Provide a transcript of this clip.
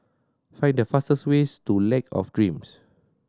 find the fastest ways to Lake of Dreams